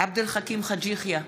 עבד אל חכים חאג' יחיא,